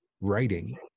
writing